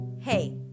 Hey